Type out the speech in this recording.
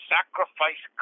Sacrifice